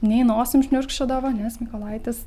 nei nosim šniurkščiodavo nes mykolaitis